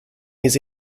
his